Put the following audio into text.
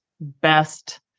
best